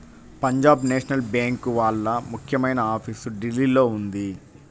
Punjab national bank వాళ్ళ ముఖ్యమైన office ఢిల్లీలో ఉంది